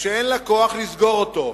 שאין לה כוח לסגור אותו,